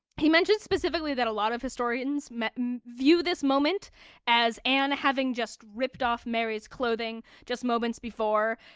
he mentioned specifically that a lot of historians may view this moment as anne having just ripped off marys clothing just moments before.